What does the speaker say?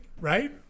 right